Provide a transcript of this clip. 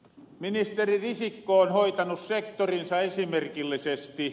ministeri risikko on hoitanu sektorinsa esimerkillisesti